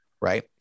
right